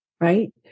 right